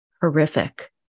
horrific